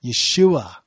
Yeshua